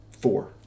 Four